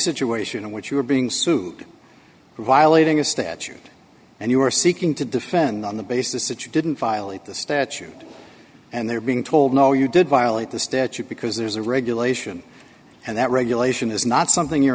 situation in which you are being sued for violating a statute and you are seeking to defend on the basis that you didn't violate the statute and they're being told no you did violate the statute because there's a regulation and that regulation is not something you're